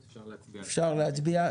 אפשר להצביע.